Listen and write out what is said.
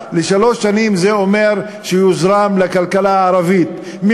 זה אומר שיוזרם לכלכלה הערבית חצי מיליארד שקל בשנה לשלוש שנים,